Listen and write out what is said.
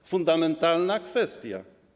To fundamentalna kwestia.